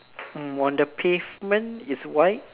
mm on the pavement is white